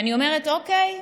אני אומרת: אוקיי,